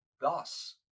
Thus